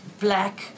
black